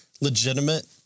legitimate